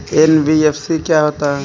NBFC क्या होता है?